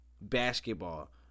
basketball